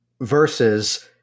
versus